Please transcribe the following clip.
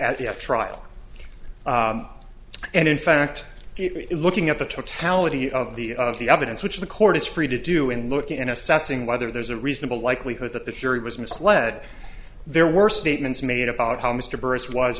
at the trial and in fact looking at the totality of the of the evidence which the court is free to do in looking at assessing whether there's a reasonable likelihood that the jury was misled there were statements made about how mr burris was